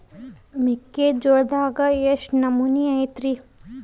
ಮೆಕ್ಕಿಜೋಳದಾಗ ಎಷ್ಟು ನಮೂನಿ ಐತ್ರೇ?